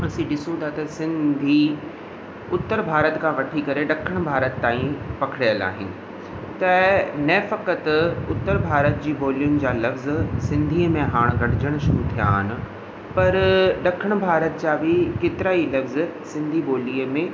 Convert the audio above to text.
असीं ॾिसूं था त सिंधी उत्तर भारत खां वठी करे ॾखिण भारत ताईं पखिड़ियल आहिनि त न फ़क़ति उत्तर भारत जी ॿोलियुनि जा लफ़्ज़ सिंधी में हाणे गॾिजणु शुरू थिया आहिनि पर ॾखिण भारत जा बि केतिरा ई लफ़्ज़ सिंधी ॿोलीअ में